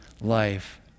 life